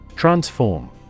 Transform